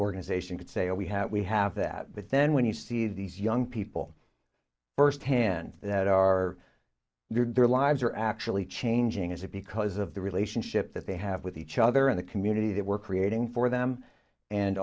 organization could say we have we have that but then when you see these young people firsthand that are their lives are actually changing is it because of the relationship that they have with each other in the community that we're creating for them and